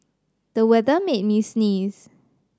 the weather made me sneeze